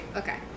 okay